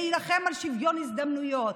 להילחם על שוויון הזדמנויות,